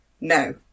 no